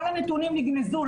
כל הנתונים נגנזו.